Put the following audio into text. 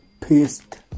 pissed